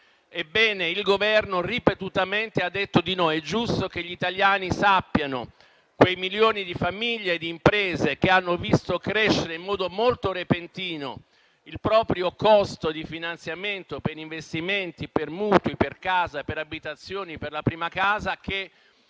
Ebbene, il Governo ripetutamente ha detto di no. È giusto che gli italiani sappiano. Quei milioni di famiglie e di imprese che hanno visto crescere in modo repentino il costo del proprio finanziamento per investimenti e per mutui per abitazioni e per la prima casa,